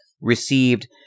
received